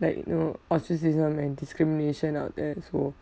like you know ostracism and discrimination out there so